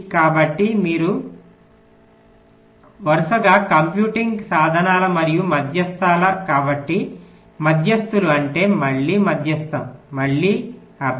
కాబట్టి మీరు వరుసగా కంప్యూటింగ్ సాధనాలు మరియు మధ్యస్థులు కాబట్టి మధ్యస్థులు అంటే మళ్ళీ మధ్యస్థం మళ్ళీ అర్థం